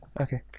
Okay